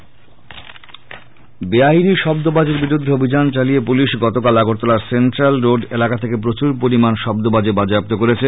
শব্দবাজি বেআইনি শব্দ বাজির বিরুদ্ধে অভিযান চালিয়ে পুলিশ গতকাল আগরতলার সেন্ট্রাল রোড এলাকা থেকে প্রচুর পরিমান শব্দবাজি বাজেয়াপ্ত করেছে